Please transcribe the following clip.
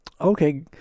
Okay